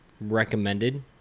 recommended